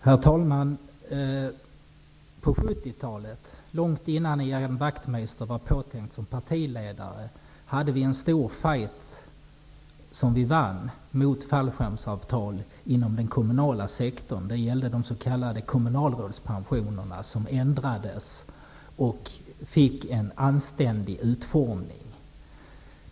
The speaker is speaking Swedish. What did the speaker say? Herr talman! På 70-talet, långt innan Ian Wachtmeister var påtänkt som partiledare, hade vi en stor fight mot fallskärmsavtal inom den kommunala sektorn. Den fighten vann vi. Det gällde de s.k. kommunalrådspensionerna, som ändrades och fick en anständig utformning.